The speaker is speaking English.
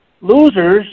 losers